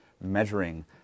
measuring